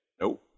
No